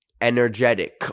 energetic